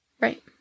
Right